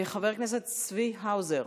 חבר הכנסת צבי האוזר,